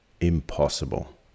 Impossible